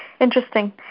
interesting